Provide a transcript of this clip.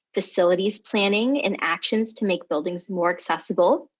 facilities planning and actions to make buildings more accessible.